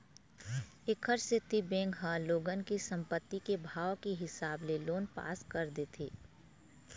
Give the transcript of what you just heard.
एखरे सेती बेंक ह लोगन के संपत्ति के भाव के हिसाब ले लोन पास कर देथे